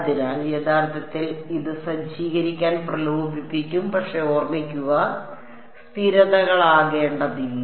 അതിനാൽ യഥാർത്ഥത്തിൽ ഇത് സജ്ജീകരിക്കാൻ പ്രലോഭിപ്പിക്കും പക്ഷേ ഓർമ്മിക്കുക സ്ഥിരതകളാകേണ്ടതില്ല